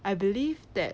I believe that